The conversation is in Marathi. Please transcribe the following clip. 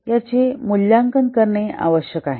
याचे मूल्यांकन करणे आवश्यक आहे